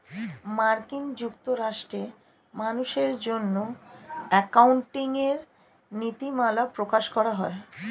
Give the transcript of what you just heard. মার্কিন যুক্তরাষ্ট্রে মানুষের জন্য অ্যাকাউন্টিং এর নীতিমালা প্রকাশ করা হয়